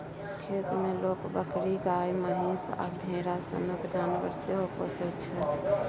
खेत मे लोक बकरी, गाए, महीष आ भेरा सनक जानबर सेहो पोसय छै